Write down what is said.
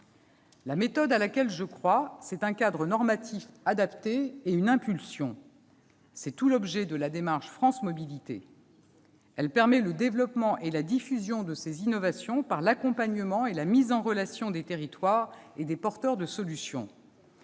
La méthode à laquelle je crois, c'est un cadre normatif adapté et une impulsion. C'est tout l'objet de la démarche France Mobilités : elle permet le développement et la diffusion de ces innovations par l'accompagnement et la mise en relation des territoires et des porteurs de solutions.